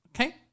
Okay